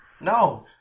No